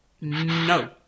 No